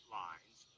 lines